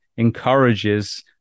encourages